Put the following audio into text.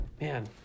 man